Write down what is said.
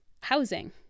housing